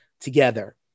together